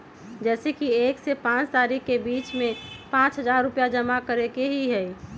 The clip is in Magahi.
जैसे कि एक से पाँच तारीक के बीज में पाँच हजार रुपया जमा करेके ही हैई?